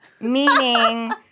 Meaning